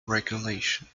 regulation